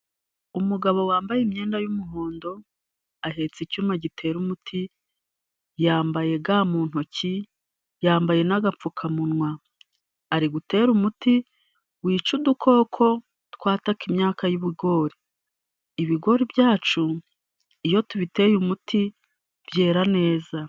Umugabo wambaye imyenda y'umuhondo, ahetse icyuma gitera umuti, yambaye ga mu ntoki, yambaye n'agapfukamunwa, arigutere umuti wica udukoko, twataka imyaka y'ibigori. Ibigori byacu iyo tubiteye umuti byera neza.